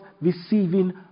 receiving